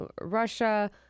Russia